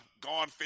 gone